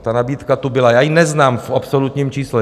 Ta nabídka tu byla, já ji neznám v absolutním čísle.